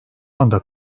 anda